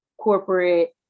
corporate